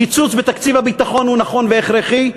הקיצוץ בתקציב הביטחון הוא נכון והכרחי,